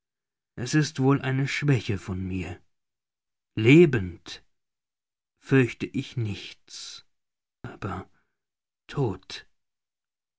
es ist wohl eine schwäche von mir lebend fürchte ich nichts aber todt